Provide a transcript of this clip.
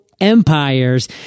empires